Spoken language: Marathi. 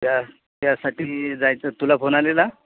त्या त्यासाठी जायचं तुला फोन आलेला